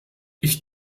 ich